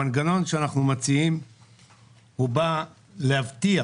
המנגנון שאנחנו מציעים בא להבטיח